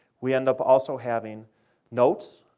we end up also having notes,